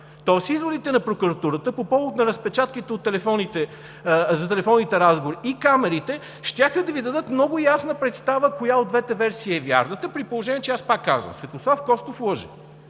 Тоест изводите на прокуратурата по повод на разпечатките от телефонните разговори и камерите щяха да Ви дадат много ясна представа коя от двете версии е вярната при положение че, пак казвам, Светослав Костов лъже.